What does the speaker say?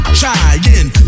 trying